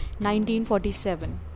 1947